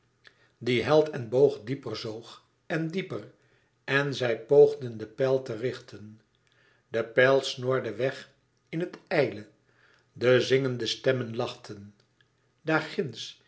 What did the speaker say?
die held en boog dieper zoog en dieper en zij poogden de pijl te richten de pijl snorde weg in het ijle de zingende stemmen lachten